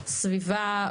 סביבה,